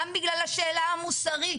אלא גם בגלל השאלה המוסרית,